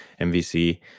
MVC